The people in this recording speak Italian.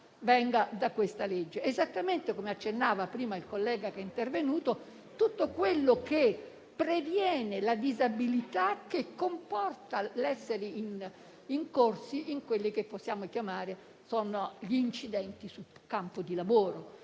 Esattamente come accennava prima il collega che è intervenuto, mi riferisco a tutto quello che previene la disabilità, che comporta l'incorrere in quelli che possiamo chiamare gli incidenti sul campo di lavoro;